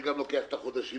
זה גם לוקח כמה חודשים,